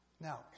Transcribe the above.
Now